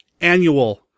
annual